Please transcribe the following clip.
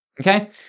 Okay